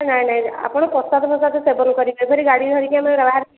ନାଇ ନାଇ ଆପଣ ପ୍ରସାଦ ଫ୍ରସାଦ ସେବନ କରି ତାପରେ ଗାଡ଼ି ଧରିକି ଆମେ